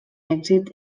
èxit